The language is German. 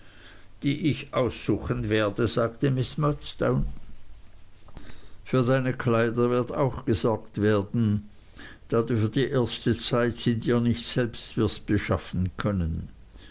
die ich aussuchen werde sagte miß murdstone für deine kleider wird auch gesorgt werden da du für die erste zeit sie dir nicht selbst wirst beschaffen können